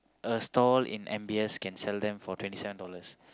a stall in M_B_S can sell them for twenty seven dollars